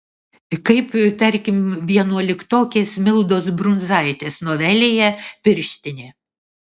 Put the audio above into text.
kaip tarkim vienuoliktokės mildos brunzaitės novelėje pirštinė